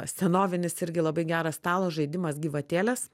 senovinis irgi labai geras stalo žaidimas gyvatėlės